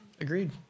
Agreed